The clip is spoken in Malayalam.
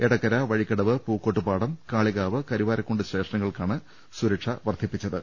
എടക്കര വഴിക്കടവ് പൂക്കോട്ടു പാടം കാളികാവ് കരുവാരക്കുണ്ട് സ്റ്റേഷനുകൾക്കാണ് സുരക്ഷ വർധിപ്പിക്കുന്നത്